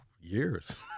years